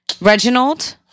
Reginald